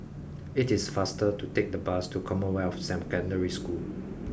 it is faster to take the bus to Commonwealth Samp Secondary School